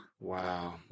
Wow